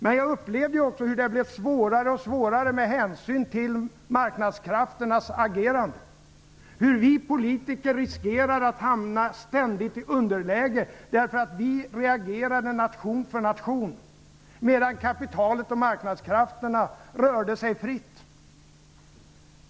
Men jag upplevde också hur det blev svårare och svårare med hänsyn till marknadskrafternas agerande - hur vi politiker riskerar att ständigt hamna i underläge - därför att vi reagerade nation för nation, medan kapitalet och marknadskrafterna rörde sig fritt.